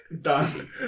done